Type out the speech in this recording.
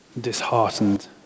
disheartened